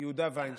יהודה וינשטיין.